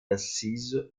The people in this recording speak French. assise